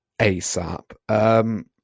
ASAP